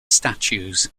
statues